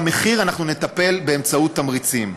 במחיר אנחנו נטפל באמצעות תמריצים.